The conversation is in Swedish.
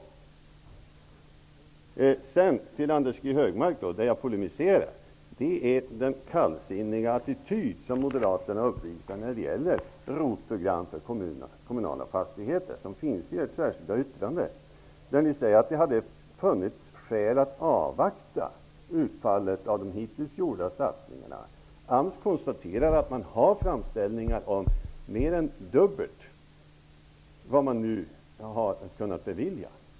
Däremot polemiserar jag, Anders G Högmark, mot den kallsinniga attityd som moderaterna uppvisar när det gäller ROT-program för kommunala fastigheter. I ert särskilda yttrande säger ni att det hade funnits skäl att avvakta utfallet av de hittills gjorda satsningarna. AMS konstaterar att man har framställningar om dubbelt så mycket som man har kunnat bevilja.